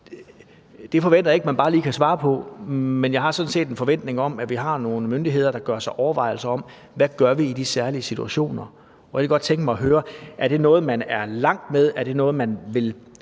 Det forventer jeg ikke man bare lige kan svare på, men jeg har sådan set en forventning om, at vi har nogle myndigheder, der gør sig overvejelser om, hvad vi gør i de særlige situationer. Jeg kunne godt tænke mig at høre: Er det noget, man er langt med? Er det noget, man aktivt